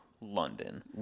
London